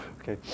Okay